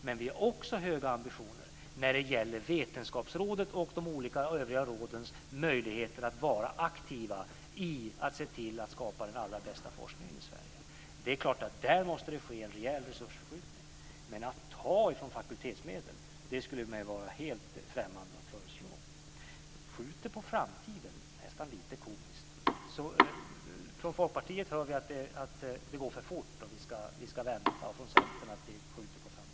Men vi har också höga ambitioner när det gäller vetenskapsrådet och de olika övriga rådens möjligheter att vara aktiva i att se till att skapa den allra bästa forskningen i Sverige. Där måste det ske en rejäl resursförskjutning. Att ta fakultetsmedel skulle vara mig helt främmande att föreslå. "Ni skjuter det på framtiden", säger Sofia Jonsson. Det är nästan lite komiskt. Från Folkpartiet hör vi att det går för fort och att vi ska vänta, och från Centern hör vi att vi skjuter det på framtiden.